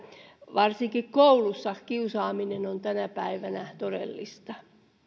varsinkin koulussa kiusaaminen on tänä päivänä todellista